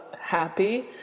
happy